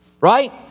Right